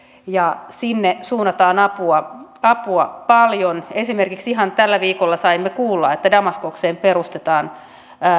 ja sinne suunnataan apua apua paljon ihan esimerkiksi tällä viikolla saimme kuulla että damaskokseen perustetaan